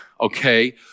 okay